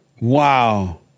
Wow